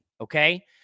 okay